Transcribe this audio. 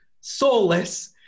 soulless